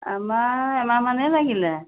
আমাৰ এমাহ মানেই লাগিলে